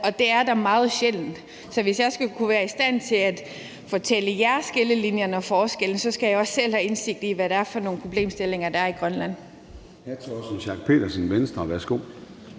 og det er der meget sjældent. Så hvis jeg skal kunne være i stand til at fortælle jer om skillelinjerne og forskellene, skal jeg også selv have indsigt i, hvad det er for nogle problemstillinger, der er i Grønland.